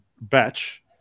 batch